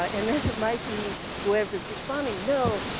ah and then it might be, whoever's responding, no,